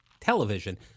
television